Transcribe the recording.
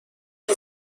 کسی